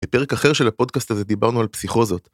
בפרק אחר של הפודקאסט הזה דיברנו על פסיכוזות.